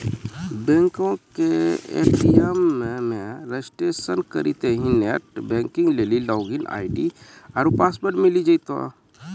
बैंको के ए.टी.एम मे रजिस्ट्रेशन करितेंह नेट बैंकिग लेली लागिन आई.डी आरु पासवर्ड मिली जैतै